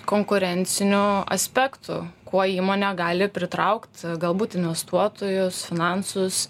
konkurencinių aspektų kuo įmonė gali pritraukt galbūt investuotojus finansus